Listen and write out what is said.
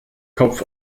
kopf